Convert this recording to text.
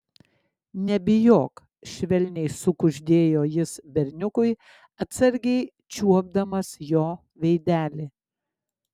nebijok švelniai sukuždėjo jis berniukui atsargiai čiuopdamas jo veidelį